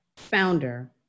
founder